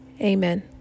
Amen